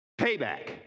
payback